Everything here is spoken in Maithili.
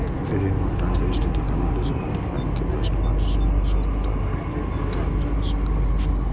ऋण भुगतान के स्थिति के मादे संबंधित बैंक के कस्टमर सेवा सं पता कैल जा सकैए